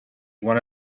one